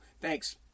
Thanks